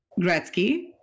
Gretzky